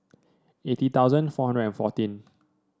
eighty thousand four hundred and fourteen